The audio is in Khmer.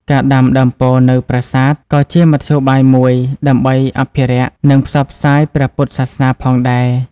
ការដាំដើមពោធិ៍នៅប្រាសាទ ក៏ជាមធ្យោបាយមួយ ដើម្បីអភិរក្ស និងផ្សព្វផ្សាយព្រះពុទ្ធសាសនាផងដែរ។